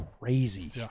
crazy